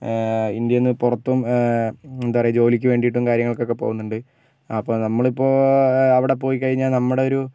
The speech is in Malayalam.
ഇന്ത്യയിൽ നിന്ന് പുറത്തും എന്താണ് പറയുക ജോലിക്ക് വേണ്ടിയിട്ടും കാര്യങ്ങൾക്ക് ഒക്കെ പോകുന്നുണ്ട് അപ്പോൾ നമ്മളിപ്പോൾ അവിടെ പോയിക്കഴിഞ്ഞാൽ നമ്മുടെ ഒരു